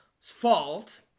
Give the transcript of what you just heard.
fault